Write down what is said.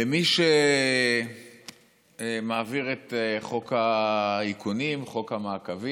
למי שמעביר את חוק האיכונים, חוק המעקבים,